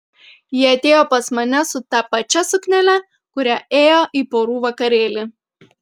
ji atėjo pas mane su ta pačia suknele kuria ėjo į porų vakarėlį